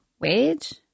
wage